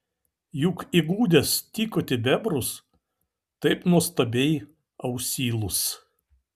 juk įgudęs tykoti bebrus taip nuostabiai ausylus